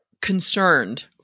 concerned